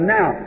Now